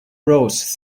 rows